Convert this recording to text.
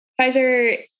Pfizer